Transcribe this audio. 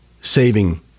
saving